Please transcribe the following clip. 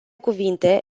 cuvinte